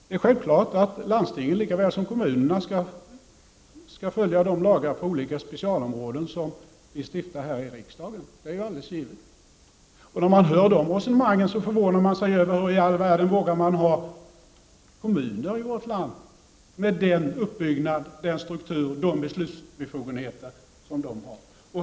Det är självklart att landstingen likaväl som kommunerna skall följa de lagar på olika specialområden som vi stiftar här i riksdagen. Det är givet. När man hör dessa resonemang förvånar man sig över hur man vågar ha kommuner i vårt land med den uppbyggnad, struktur och beslutsbefogenhet som de har.